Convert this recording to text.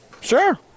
Sure